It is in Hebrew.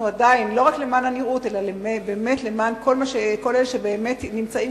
ולא רק למען הנראות אלא למען כל אלה שנמצאים